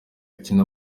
akina